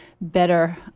better